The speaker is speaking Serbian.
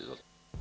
Izvolite.